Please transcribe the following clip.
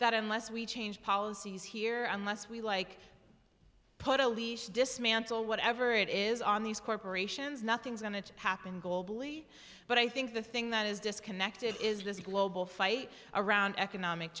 that unless we change policies here unless we like put elise dismantle whatever it is on these corporations nothing's going to happen globally but i think the thing that is disconnected is this global fight around economic